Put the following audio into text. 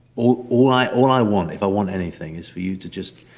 all i all i want, if i want anything is for you to just,